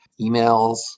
emails